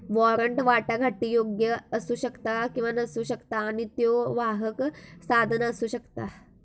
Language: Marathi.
वॉरंट वाटाघाटीयोग्य असू शकता किंवा नसू शकता आणि त्यो वाहक साधन असू शकता